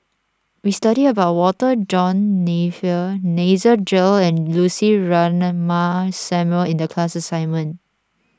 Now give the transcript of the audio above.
we studied about Walter John Napier Nasir Jalil and Lucy Ratnammah Samuel in the class assignment